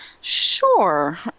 Sure